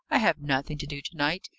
i have nothing to do to-night.